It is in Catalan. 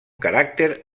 caràcter